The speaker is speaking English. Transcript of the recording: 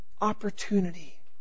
opportunity